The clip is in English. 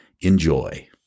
enjoy